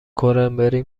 کرنبری